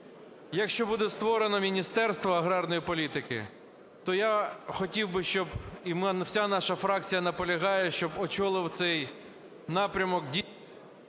якщо буде створено Міністерство аграрної політики, то я хотів би, і вся наша фракція наполягає, щоб очолив цей напрямок…